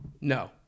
No